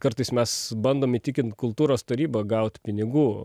kartais mes bandom įtikint kultūros tarybą gaut pinigų